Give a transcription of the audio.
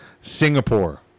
Singapore